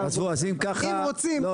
אם רוצים --- אתה רואה מה אתה עושה?